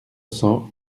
cents